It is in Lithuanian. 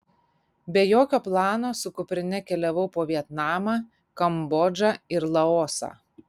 be jokio plano su kuprine keliavau po vietnamą kambodžą ir laosą